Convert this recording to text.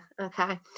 Okay